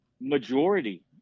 majority